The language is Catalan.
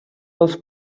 dels